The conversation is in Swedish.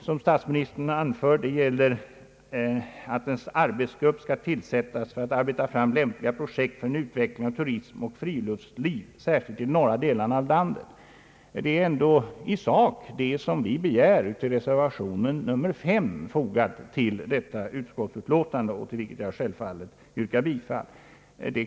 Statsministerns punkt 6 var att en arbetsgrupp skall tillsättas för att arbeta fram lämpliga projekt för en utveckling av turism och friluftsliv särskilt i de norra delarna av landet. Detta är ändå i sak vad vi begär i reservation nr 5, fogad vid detta utskottsutlåtande, och till vilken jag självfallet yrkar bifall.